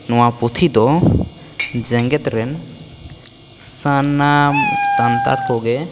ᱱᱚᱣᱟ ᱯᱩᱛᱷᱤ ᱫᱚ ᱡᱮᱜᱮᱛ ᱨᱮᱱ ᱥᱟᱱᱟᱢ ᱥᱟᱱᱛᱟᱲ ᱠᱚᱜᱮ